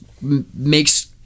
makes